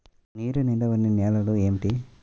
నీరు నిలువని నేలలు ఏమిటి?